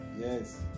Yes